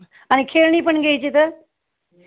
आणि खेळणीपण घ्यायची तर